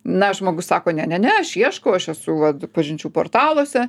na žmogus sako ne ne ne aš ieškau aš esu vat pažinčių portaluose